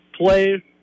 play